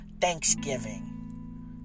Thanksgiving